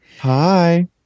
Hi